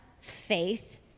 faith